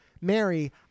Mary